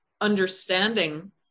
understanding